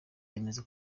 yemeza